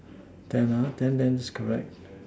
ten ah ten then is correct